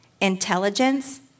intelligence